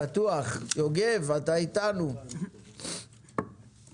אליך אחר כך.